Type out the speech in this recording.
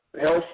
health